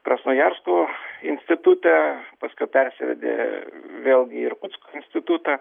krasnojarsko institute paskui persivedė vėlgi į irkutsko institutą